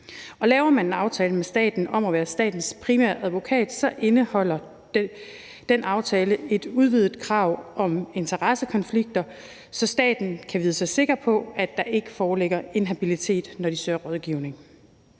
Laver man en aftale med staten om at være statens primære advokat, indeholder den aftale et udvidet krav i forhold til interessekonflikter, så staten kan vide sig sikker på, at der ikke foreligger inhabilitet, når den søger rådgivning.